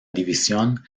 división